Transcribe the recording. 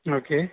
okay